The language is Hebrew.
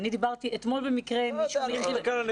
אני דיברתי אתמול במקרה עם מישהו מאילת,